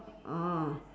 orh